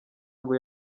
ngo